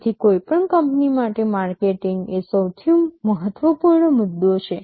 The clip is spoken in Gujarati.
તેથી કોઈપણ કંપની માટે માર્કેટિંગ એ સૌથી મહત્વપૂર્ણ મુદ્દો છે